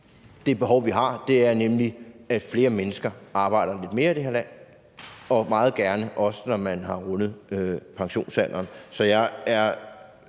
det behov, vi har, nemlig at flere mennesker arbejder lidt mere i det her land og meget gerne også, når man har rundet pensionsalderen. Så jeg kan